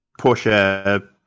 Porsche